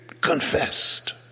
confessed